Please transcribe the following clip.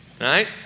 right